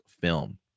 film